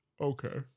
Okay